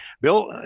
Bill